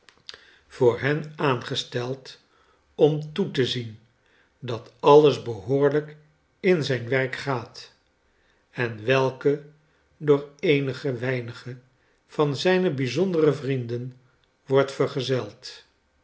voor hen aangesteld om toe te zien dat alles behoorlijk in zijn werk gaat en welke door eenige weinige van zijne bijzondere vrienden wordt verzeld